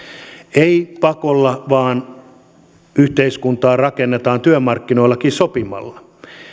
ei pakolla vaan yhteiskuntaa rakennetaan työmarkkinoillakin sopimalla